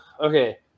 okay